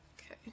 Okay